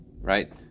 Right